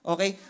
Okay